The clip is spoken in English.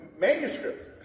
manuscripts